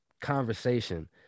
conversation